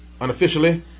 unofficially